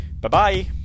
Bye-bye